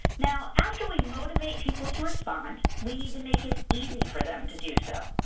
now, after we motivate people to respond, we need to make it easy for them to do so.